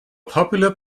popular